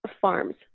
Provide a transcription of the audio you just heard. farms